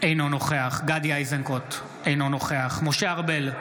אינו נוכח גדי איזנקוט, אינו נוכח משה ארבל,